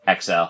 XL